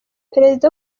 perezida